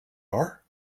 are